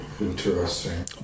Interesting